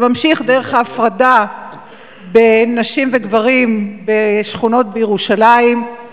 זה ממשיך דרך ההפרדה בין נשים לגברים בשכונות בירושלים,